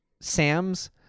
Sam's